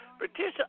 Patricia